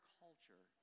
culture